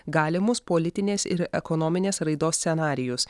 galimus politinės ir ekonominės raidos scenarijus